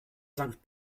sankt